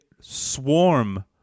swarm